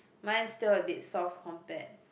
mine's still a bit soft compared